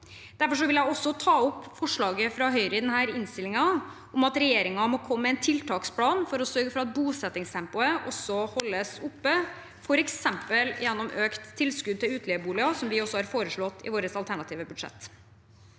Derfor vil jeg anbefale forslaget fra Høyre i denne innstillingen, om at regjeringen må komme med en tiltaksplan for å sørge for at bosettingstempoet også holdes oppe, f.eks. gjennom økt tilskudd til utleieboliger, som vi har foreslått i vårt alternative budsjett.